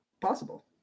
Possible